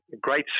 great